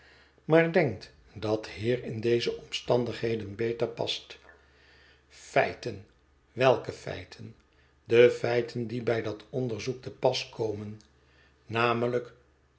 maar denkt dat heer in deze omstandigheden beter past feiten welke feiten de feiten die bij dat onderzoek te pas komen namelijk